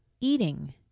eating